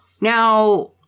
Now